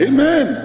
Amen